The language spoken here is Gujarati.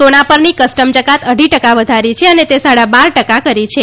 સોના રની કસ્ટમ જકાત અઢી ટકા વધારી છે અને તે સાડા બાર ટકા કરી છે